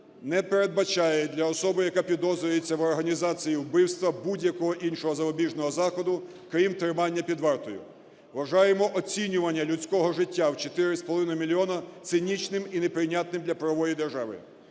не передбачає для особи, яка підозрюється в організації вбивства, будь-якого іншого запобіжного заходу, крім тримання під вартою. Вважаємо оцінювання людського життя в 4,5 мільйона цинічним і неприйнятним для правової держави.